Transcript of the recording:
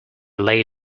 laid